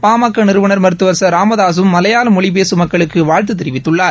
பாமக நிறுவன் மருத்துவர் ச ராமதாகம் மாலையாள மொழிபேகம் மக்களுக்கு வாழ்த்து தெரிவித்துள்ளார்